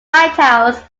lighthouse